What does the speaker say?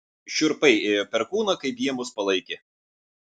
šiurpai ėjo per kūną kaip jie mus palaikė